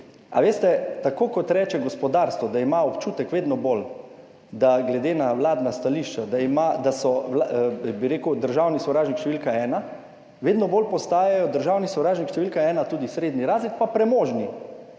Veste, tako kot reče gospodarstvo, da ima vedno bolj občutek glede na vladna stališča, da je, bi rekel, državni sovražnik številka ena, vedno bolj postajajo državni sovražnik številka ena tudi srednji razred pa premožni.